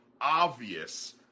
obvious